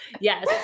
Yes